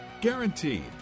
Guaranteed